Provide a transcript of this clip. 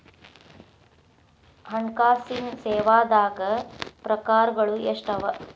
ಹಣ್ಕಾಸಿನ್ ಸೇವಾದಾಗ್ ಪ್ರಕಾರ್ಗಳು ಎಷ್ಟ್ ಅವ?